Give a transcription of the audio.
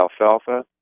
alfalfa